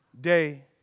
day